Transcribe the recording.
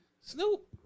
Snoop